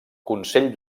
consell